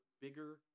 bigger